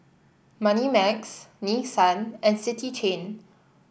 Moneymax Nissan and City Chain